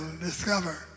discover